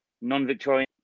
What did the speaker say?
non-Victorian